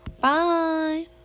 Bye